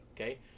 okay